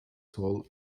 sold